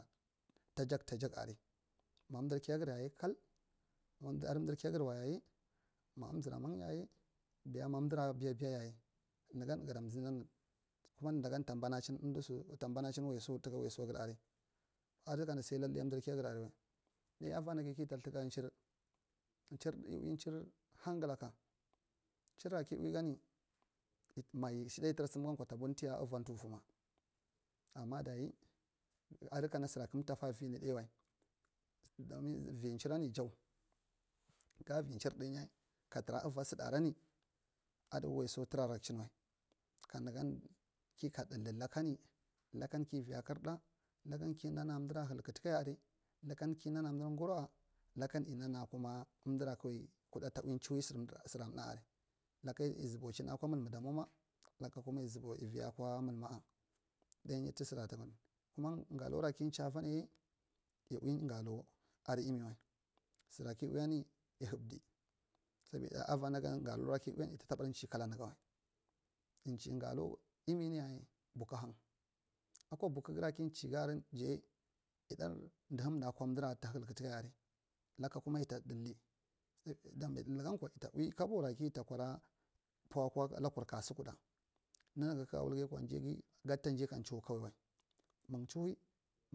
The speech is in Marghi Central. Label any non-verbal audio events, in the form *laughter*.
Tajak tajak aria ma umdir kiyager yayikal adi umdir kiyagaryayi ma umzo ramang yayi biya ma umdira biya biya yayal nugan ga zee nan *unintelligible* tambanacm umdiso tambanachin waiso taka waisoger aria adikang lallai amdir kiyager aria ɗai avanage kita thaka chirr, chisar yi ui chirr hangaiaka chirra ki uigan, ma yishi ɗai yidi ta sama gankwe ta buntiyi ava tufuma ama dayi adi kans sura kantafa vini ɗaiwai domi vi chirrag jau ga vi chirr ɗainyi ka tura ava saa arani adi waiso tude vak chin wai ka nugan kika ɓoldi lakani lakal ki ri a karɗa lakan ki nana umdira halka tukayi aria lakan ki nana kuma umdira kwan umdira kuɗa ta ui chihoe sir sara mnal arai lakan yi zubuchin akwa mulmu damoma laka kuma yi vi aka mulma a kuma galao ra ki chi avangyai yi ui galo adi emiway sura ki ui galo ade emiwal sura ui uini yi habde soboda aranigani galore ki unni yida taɓa chiy kala nigan wal yi chiy galo eminya yai buku hang akwa abukugara ki chiy garan jayal yiɗai dihamda aka umdira helku tuka yi ara laka kuma yita daldi mi daldi gankwe yita ui kabora kita kuda. Nuu akwa lakuu kasukuɗa nunuge kagawulge yakwa jaige gadta jai ka chihoe kawe wai mung chihoel.